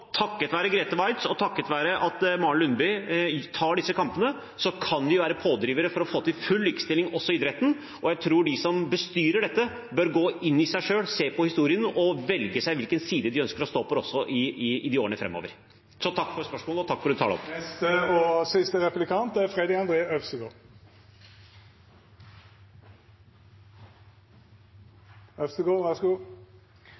Takket være Grete Waitz og takket være at Maren Lundby tar disse kampene, kan vi være pådrivere for å få til full likestilling også i idretten. Jeg tror de som bestyrer dette, bør gå i seg selv, se på historien og velge hvilken side de ønsker å stå på, også i årene framover. Så takk for spørsmålet, og takk til representanten for at hun tok det opp. Jeg vil starte med å takke statsråden for en god